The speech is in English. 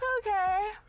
Okay